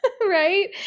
right